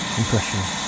impression